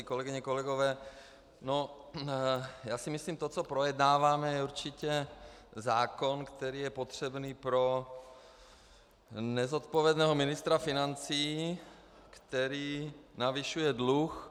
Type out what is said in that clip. Kolegyně, kolegové, myslím si, že to, co projednáváme, je určitě zákon, který je potřebný pro nezodpovědného ministra financí, který navyšuje dluh.